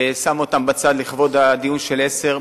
שם אותם בצד לכבוד הדיון של ערוץ-10,